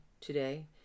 today